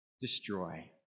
destroy